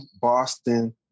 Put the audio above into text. Boston